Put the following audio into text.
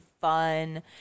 fun